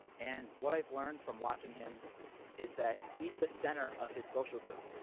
and what i've learned from watching him is that he is the center of his social group.